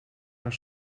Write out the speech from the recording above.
naar